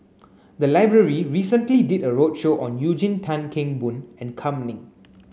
the library recently did a roadshow on Eugene Tan Kheng Boon and Kam Ning